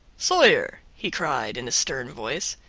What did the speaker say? sawyer, he cried in a stern voice,